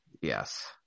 Yes